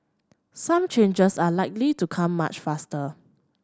some changes are likely to come much faster